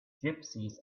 gypsies